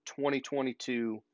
2022